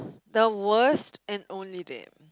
the worst and only dam